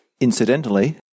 Incidentally